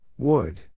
Wood